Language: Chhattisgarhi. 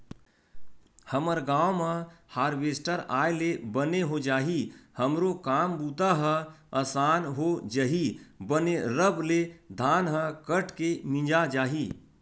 हमर गांव म हारवेस्टर आय ले बने हो जाही हमरो काम बूता ह असान हो जही बने रब ले धान ह कट के मिंजा जाही